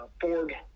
Ford